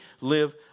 live